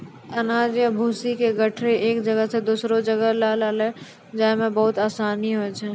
अनाज या भूसी के गठरी एक जगह सॅ दोसरो जगह लानै लै जाय मॅ बहुत आसानी होय छै